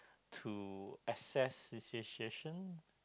to assess the situation